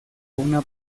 una